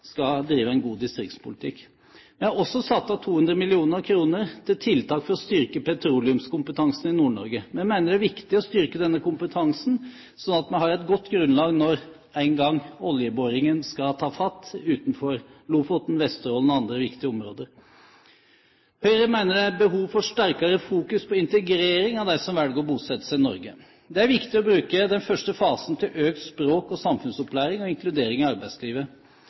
skal drive en god distriktspolitikk. Vi har også satt av 200 mill. kr til tiltak for å styrke petroleumskompetansen i Nord-Norge. Vi mener det er viktig å styrke denne kompetansen, sånn at vi har et godt grunnlag når en gang oljeboringen skal ta fatt utenfor Lofoten og Vesterålen og i andre viktige områder. Høyre mener det er behov for sterkere fokus på integrering av dem som velger å bosette seg i Norge. Det er viktig å bruke den første fasen til økt språk- og samfunnsopplæring og inkludering i arbeidslivet.